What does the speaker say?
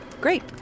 Great